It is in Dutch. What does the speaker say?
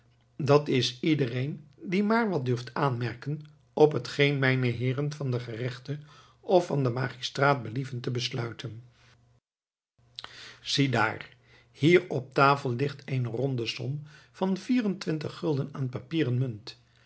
dat is iedereen die maar wat durft aanmerken op hetgeen mijne heeren van den gerechte of van den magistraat believen te besluiten ziedaar hier op tafel ligt eene ronde som van vierentwintig gulden aan papieren munt